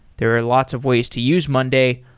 there are lots of ways to use monday,